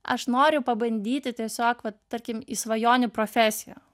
aš noriu pabandyti tiesiog vat tarkim į svajonių profesiją